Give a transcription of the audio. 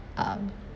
um